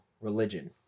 religion